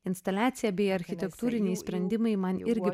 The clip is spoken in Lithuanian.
instaliacija bei architektūriniai sprendimai man irgi